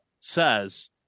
says